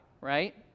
right